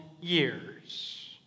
years